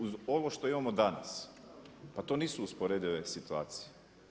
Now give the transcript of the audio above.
Uz ovo što imamo danas, pa to nisu usporedive situacije.